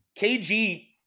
KG